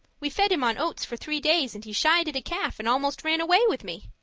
we fed him on oats for three days, and he shied at a calf and almost ran away with me.